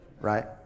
right